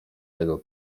tego